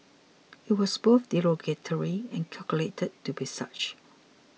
it was both derogatory and calculated to be such